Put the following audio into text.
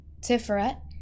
Tiferet